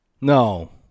No